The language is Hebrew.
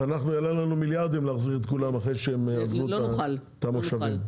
יעלה לנו מיליארדים להחזיר את כולם אחרי שהם יעזבו את המושבים.